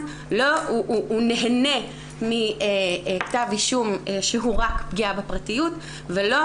הוא נהנה מכתב אישום הוא רק פגיעה בפרטיות ולא